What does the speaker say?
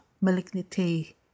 malignity